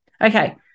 Okay